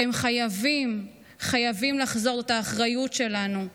הם חייבים, חייבים, לחזור, זאת האחריות שלנו.